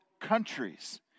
countries